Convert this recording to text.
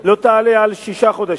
לא תעלה על שישה חודשים.